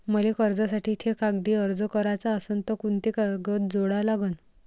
मले कर्जासाठी थे कागदी अर्ज कराचा असन तर कुंते कागद जोडा लागन?